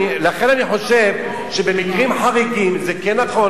לכן אני חושב שבמקרים חריגים זה כן נכון